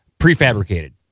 prefabricated